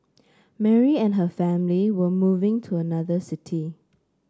Mary and her family were moving to another city